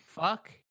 Fuck